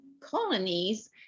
colonies